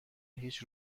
هیچ